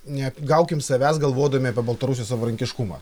neapgaukim savęs galvodami apie baltarusijos savarankiškumą